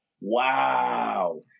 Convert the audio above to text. Wow